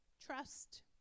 trust